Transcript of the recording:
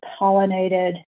pollinated